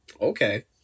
okay